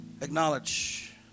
acknowledge